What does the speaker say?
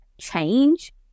change